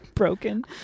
broken